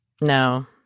No